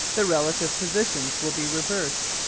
the relative positions will be reversed,